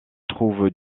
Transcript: trouve